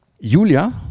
Julia